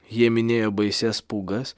jie minėjo baisias pūgas